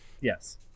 Yes